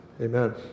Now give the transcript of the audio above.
Amen